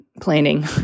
planning